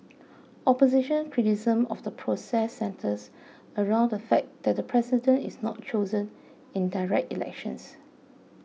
opposition criticism of the process centres around the fact that the president is not chosen in direct elections